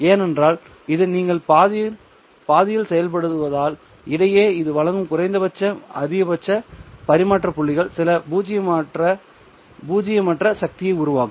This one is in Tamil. ஏனென்றால் இது நீங்கள் பாதியில் செயல்படுவதால் இடையே இது வழங்கும் குறைந்தபட்ச மற்றும் அதிகபட்ச பரிமாற்ற புள்ளிகள் சில பூஜ்ஜியமற்ற சக்தியை உருவாக்கும்